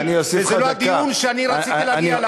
וזה לא הדיון שרציתי להגיע אליו.